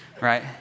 right